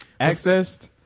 accessed